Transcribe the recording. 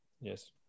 yes